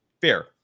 Fair